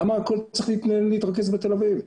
למה הכול צריך להתרכז בתל אביב,